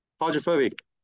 Hydrophobic